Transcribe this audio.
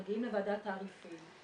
מגיעים לוועדת תעריפים,